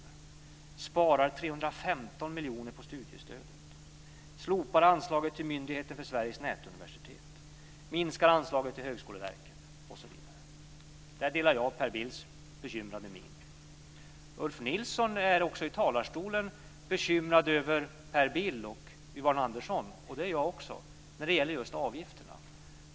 Hon vill spara 315 miljoner kronor på studiestödet, slopa anslaget till myndigheter för Sveriges nätuniversitet, minska anslaget till Högskoleverket osv. Där uppvisar jag samma bekymrade min som Per Bill. Ulf Nilsson är bekymrad över Per Bill och Yvonne Andersson, och det är jag också. Det gäller avgifterna.